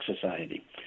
Society